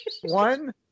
one